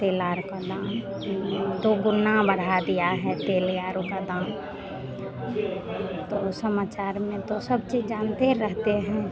तेल आर का दाम दुगना बढ़ा दिया है तेल यारो का दाम तो समाचार में तो सब चीज़ जानते रहते हैं